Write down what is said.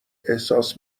احساس